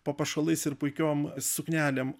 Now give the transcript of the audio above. papuošalais ir puikiom suknelėm